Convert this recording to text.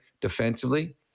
defensively